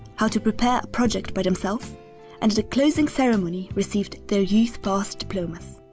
how to prepare a project by themselves and at the closing ceremony received the youthpass diplomas.